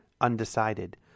undecided